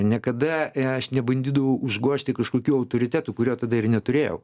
niekada a aš nebandydavau užgožti kažkokiu autoritetu kurio tada ir neturėjau